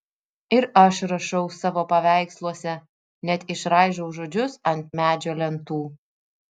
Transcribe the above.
ir aš rašau savo paveiksluose net išraižau žodžius ant medžio lentų